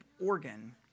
Organ